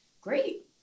Great